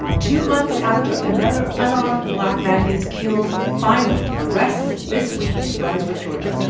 two months after another unarmed black man is killed, finally arrests this week in brunswick, ga.